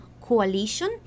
coalition